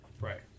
right